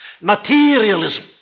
Materialism